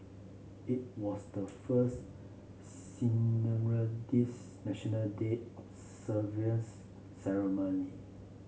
it was the first National Day observance ceremony